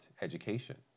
education